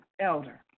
elder